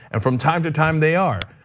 and from time to time, they are.